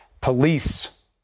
Police